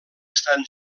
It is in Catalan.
estan